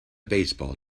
baseball